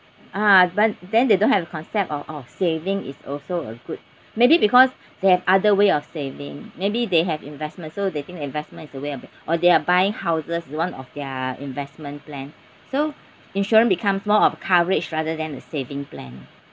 ah but then they don't have a concept of of saving is also a good maybe because they have other way of saving maybe they have investment so they think the investment is a way of or they are buying houses one of their investment plan so insurance becomes more of a coverage rather than the saving plan